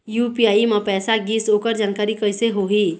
UPI म पैसा गिस ओकर जानकारी कइसे होही?